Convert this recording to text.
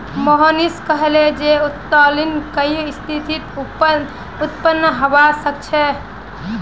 मोहनीश कहले जे उत्तोलन कई स्थितित उत्पन्न हबा सख छ